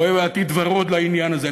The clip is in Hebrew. רואה עתיד ורוד לעניין הזה,